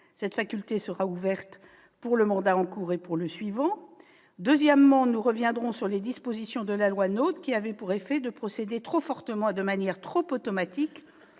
Cette faculté sera ouverte pour le mandat en cours et pour le suivant. Deuxièmement, nous reviendrons sur les dispositions de la loi NOTRe qui avaient pour effet de procéder, trop fortement et de manière trop automatique,